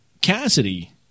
Cassidy